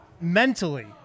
mentally